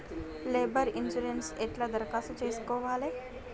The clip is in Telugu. లేబర్ ఇన్సూరెన్సు ఎట్ల దరఖాస్తు చేసుకోవాలే?